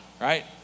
right